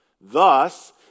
Thus